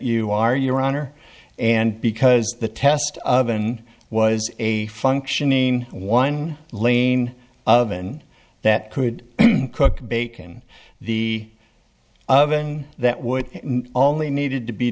you are your honor and because the test of him was a functioning one lane of and that could cook bacon the oven that would only needed to be